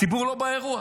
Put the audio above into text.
הציבור לא באירוע.